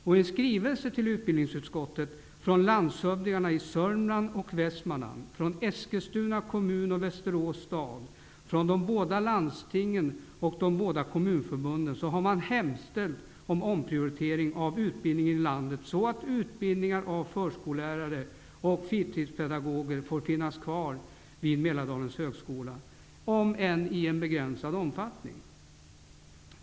I en skrivelse till utbildningsutskottet, från landshövdingarna i Sörmland och Västmanland, från Eskilstuna kommun och Västerås stad, från de båda landstingen och de båda kommunförbunden, hemställdes om en omprioritering av utbildningen i landet så att utbildningarna av förskollärare och fritidspedagoger får finnas kvar vid Mälardalens högskola, om än i begränsad omfattning.